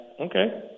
okay